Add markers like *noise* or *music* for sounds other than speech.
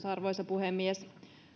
*unintelligible* arvoisa puhemies